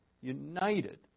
united